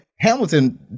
Hamilton